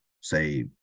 say